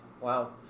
Wow